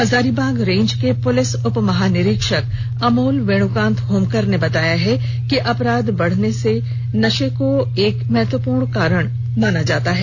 Hazaribagh range के police उपमहानिरीक्षक अमुल विणुकांत होमकर ने बताया कि अपराध बढ़ने में नशा को एक महत्वपूर्ण कारण माना जा रहा है